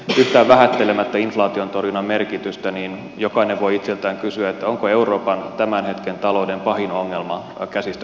yhtään vähättelemättä inflaation torjunnan merkitystä jokainen voi itseltään kysyä onko euroopan tämän hetken talouden pahin ongelma käsistä karkaava inflaatio